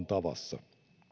tavassa